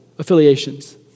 affiliations